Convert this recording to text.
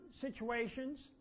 situations